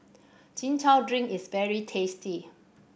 Chin Chow drink is very tasty